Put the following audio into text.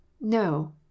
No